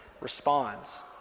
responds